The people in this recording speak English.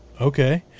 Okay